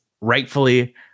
rightfully